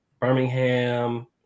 Birmingham